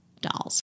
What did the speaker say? dolls